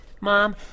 Mom